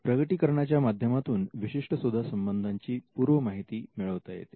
प्रकटीकरणाच्या माध्यमातून विशिष्ट शोधा संबंधीची पूर्व माहिती मिळविता येते